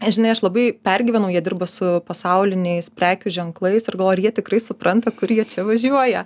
aš žinai aš labai pergyvenau jie dirba su pasauliniais prekių ženklais ir galvoju ar jie tikrai supranta kur jie čia važiuoja